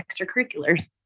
extracurriculars